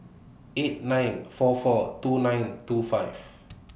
eight nine four four two nine two five